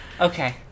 Okay